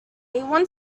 want